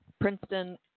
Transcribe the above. Princeton